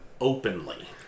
openly